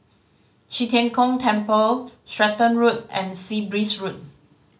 Qi Tian Gong Temple Stratton Road and Sea Breeze Road